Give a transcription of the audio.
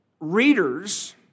readers